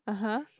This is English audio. (uh huh)